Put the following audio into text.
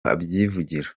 abyivugira